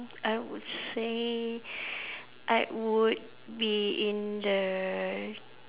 I would say I would be in the